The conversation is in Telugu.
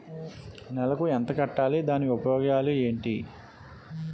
నెలకు ఎంత కట్టాలి? దాని ఉపయోగాలు ఏమిటి?